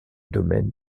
domaine